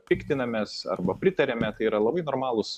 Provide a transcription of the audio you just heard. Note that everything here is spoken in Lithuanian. piktinamės arba pritariame tai yra labai normalūs